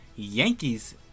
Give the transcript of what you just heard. Yankees